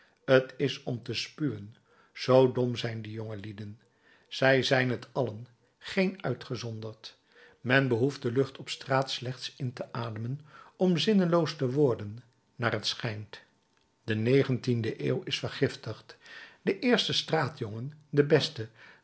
t is om te spuwen zoo dom zijn die jongelieden zij zijn t allen geen uitgezonderd men behoeft de lucht op straat slechts in te ademen om zinneloos te worden naar t schijnt de negentiende eeuw is vergiftigd de eerste straatjongen de beste